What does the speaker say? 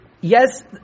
Yes